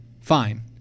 fine